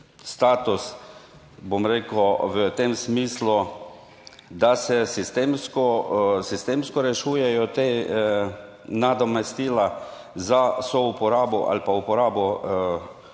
da se sistemsko, sistemsko rešujejo te nadomestila za souporabo ali pa uporabo